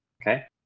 Okay